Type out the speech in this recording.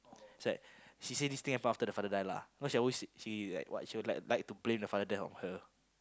is like she says this after her father die lah cause she always he like he would liken like to blame the father death on her